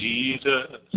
Jesus